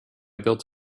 built